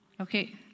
Okay